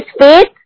faith